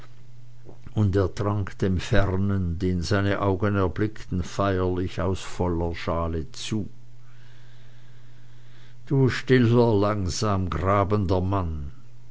und er trank dem fernen den seine augen erblickten feierlich aus voller schale zu du stiller langsam grabender mann